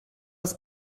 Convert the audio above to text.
das